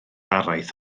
araith